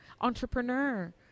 entrepreneur